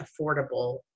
affordable